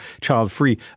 child-free